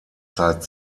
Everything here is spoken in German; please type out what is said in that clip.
zeit